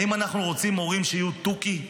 האם אנחנו רוצים מורים שיהיו תוכי?